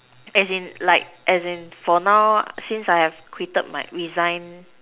as in like as in for now since I have quitted my resign